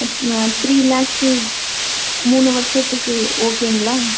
three lakhs மூணு வருஷத்துக்கு ஓகேங்களா